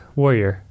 warrior